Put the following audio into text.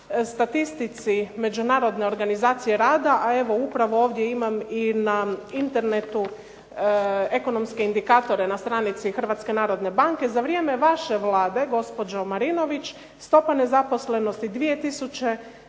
statistici Međunarodne organizacije rada, a evo upravo ovdje imam i na Internetu ekonomske indikatore na stranici Hrvatske narodne banke. Za vrijeme vaše Vlade gospođo Marinović, stopa nezaposlenosti 2000.